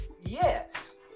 Yes